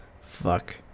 Fuck